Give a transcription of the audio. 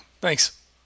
Thanks